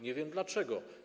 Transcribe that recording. Nie wiem dlaczego.